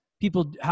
people